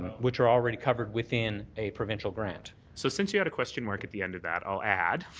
which are already covered within a provincial grant. so since you had a question mark at the end of that, i'll add,